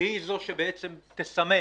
שהיא זו שבעצם תסמן